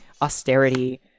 austerity